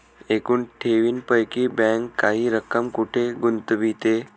एकूण ठेवींपैकी बँक काही रक्कम कुठे गुंतविते?